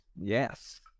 Yes